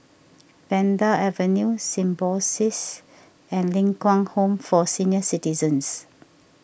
Vanda Avenue Symbiosis and Ling Kwang Home for Senior Citizens